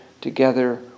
together